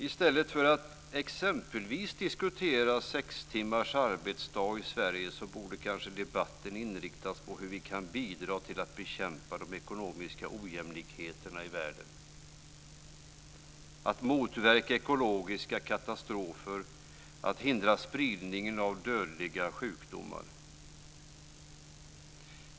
I stället för exempelvis sex timmars arbetsdag i Sverige borde kanske debatten inriktas på hur vi kan bidra till att bekämpa de ekonomiska ojämlikheterna i världen, motverka ekologiska katastrofer och hindra spridningen av dödliga sjukdomar.